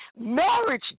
Marriage